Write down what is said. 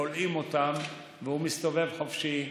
כולאים אותן והוא מסתובב חופשי,